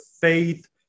faith